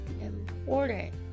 important